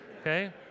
okay